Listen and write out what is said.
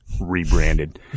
rebranded